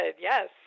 Yes